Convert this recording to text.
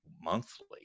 monthly